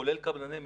כולל קבלני משנה.